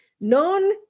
non